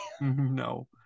no